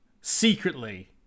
secretly